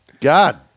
God